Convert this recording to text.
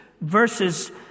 verses